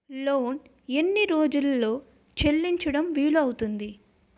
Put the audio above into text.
Loan ఎన్ని రోజుల్లో చెల్లించడం వీలు అవుతుంది?